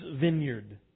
vineyard